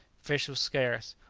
fish was scarce,